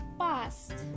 past